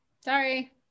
Sorry